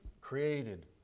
Created